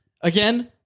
Again